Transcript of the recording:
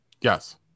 yes